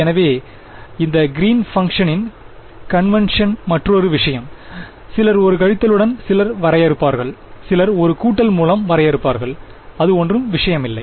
எனவே இந்த கிறீன் பங்க்ஷனின் கன்வெண்ட்ஷன் மற்றொரு விஷயம் சிலர் ஒரு கழித்தலுடன் சிலர் வரையறுப்பார்கள் சிலர் ஒரு கூட்டல் மூலம் வரையறுப்பார்கள் அது ஒன்றும் விஷயமில்லை